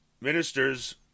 ministers